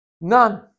None